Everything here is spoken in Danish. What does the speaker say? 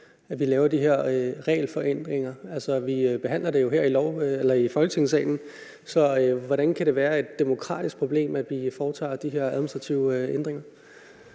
at vi laver de her regelforenklinger. Altså, vi behandler det jo her i Folketingssalen, så hvordan kan det være et demokratisk problem, at vi foretager de her administrative ændringer?